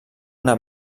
una